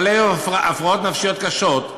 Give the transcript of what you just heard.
בעלי הפרעות נפשיות קשות,